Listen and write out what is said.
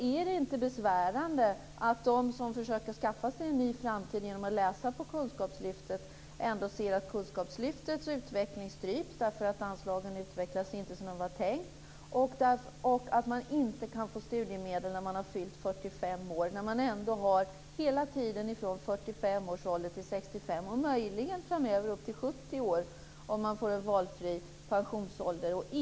Är det inte besvärande att de som försöker skaffa sig en ny framtid genom att läsa på kunskapslyftet ser att kunskapslyftets utveckling stryps därför att anslagen inte utvecklas som det var tänkt och att man inte kan få studiemedel när man har fyllt 45 år? Man har ändå hela tiden från 45 års ålder till 65 års ålder på sig att arbeta. Möjligen arbetar man framöver fram till dess att man är 70 år, om pensionsåldern blir valfri.